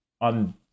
on